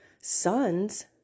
sons